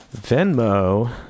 Venmo